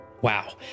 wow